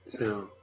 No